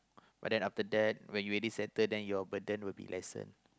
but then after that when you already settle then you open then will be lessen